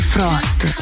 Frost